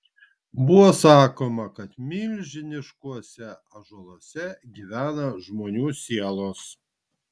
buvo sakoma kad milžiniškuose ąžuoluose gyvena žmonių sielos